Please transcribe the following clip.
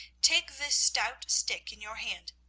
take this stout stick in your hand.